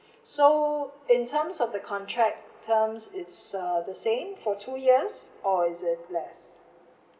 so in terms of the contract terms it's uh the same for two years or is it less